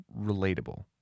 relatable